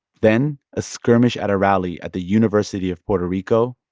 then, a skirmish at a rally at the university of puerto rico,